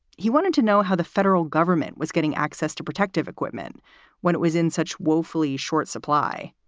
he wanted to know how the federal government was getting access to protective equipment when it was in such woefully short supply.